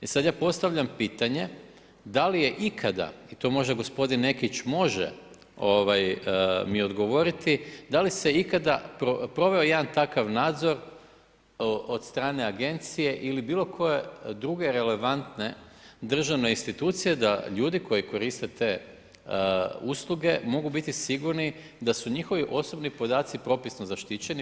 E sad ja postavljam pitanje, da li je ikada i to možda gospodin Nekić može mi odgovoriti, da li se ikada proveo jedan takav nadzor od strane agencije ili bilo koje druge relevantne državne institucije, da ljudi koji koriste te usluge, mogu biti sigurni da su njihovi osobni podaci propisno zaštićeni.